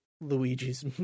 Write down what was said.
luigi's